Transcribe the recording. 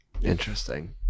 Interesting